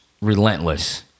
relentless